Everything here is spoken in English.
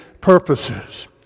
purposes